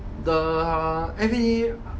the